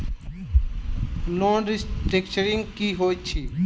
Loan restructuring की होइत अछि?